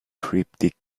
cryptic